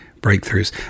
breakthroughs